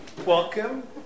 Welcome